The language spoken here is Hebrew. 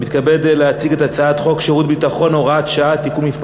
הנושא הבא הוא הצעת חוק שירות ביטחון (הוראת שעה) (תיקון מס'